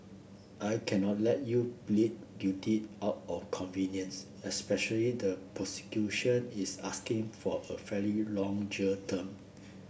I cannot let you plead guilty out of convenience especially the prosecution is asking for a fairly long jail term